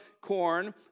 corn